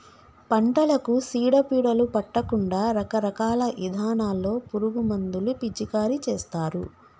పంటలకు సీడ పీడలు పట్టకుండా రకరకాల ఇథానాల్లో పురుగు మందులు పిచికారీ చేస్తారు